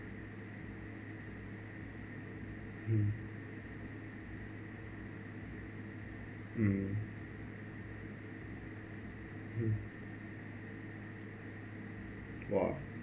mm mm mm !wah!